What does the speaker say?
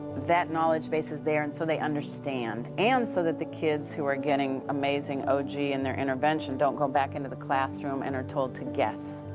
that knowledge base is there and so they understand and so that the kids who are getting amazing orton-gillingham and their intervention don't go back into the classroom and are told to guess.